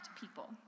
people